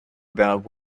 about